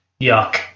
yuck